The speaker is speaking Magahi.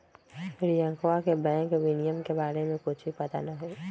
रियंकवा के बैंक विनियमन के बारे में कुछ भी पता ना हई